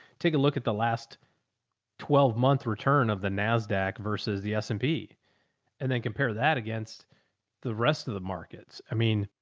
take a look at the last twelve month return of the nasdaq versus the s and p and then compare that against the rest of the markets. i mean,